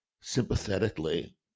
sympathetically